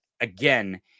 again